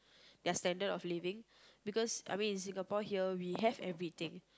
their standard of living because I mean in Singapore here we have everything